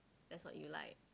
that's what you like